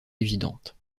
évidente